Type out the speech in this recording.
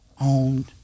owned